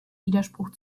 widerspruch